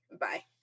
Bye